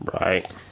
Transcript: Right